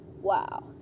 wow